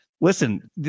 listen